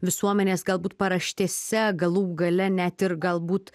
visuomenės galbūt paraštėse galų gale net ir galbūt